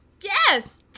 Yes